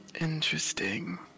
Interesting